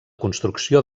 construcció